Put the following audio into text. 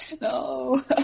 No